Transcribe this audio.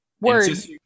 Words